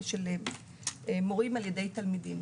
מורים על-ידי תלמידים.